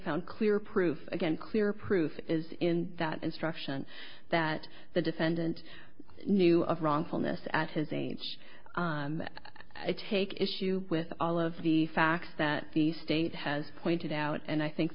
found clear proof again clear proof is in that instruction that the defendant knew of wrongfulness at his age i take issue with all of the facts that the state has pointed out and i think